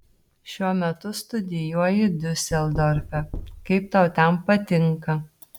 šiuo metu studijuoji diuseldorfe kaip tau ten patinka